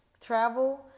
travel